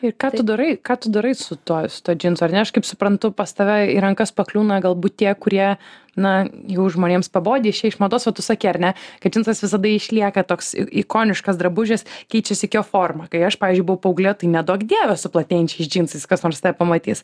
ir ką tu darai ką tu darai su tuo su tuo džinsu ar ne aš kaip suprantu pas tave į rankas pakliūna galbūt tie kurie na jau žmonėms pabodę išėjė iš mados va tu sakei ar ne kad džinsas visada išlieka toks i ikoniškas drabužis keičias tik jo forma kai aš pavyzdžiui buvau paauglė tai neduok dieve su platėjančiais džinsais kas nors tave pamatys